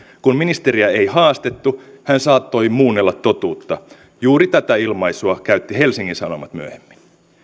kun ministeriä ei haastettu hän saattoi muunnella totuutta juuri tätä ilmaisua käytti helsingin sanomat myöhemmin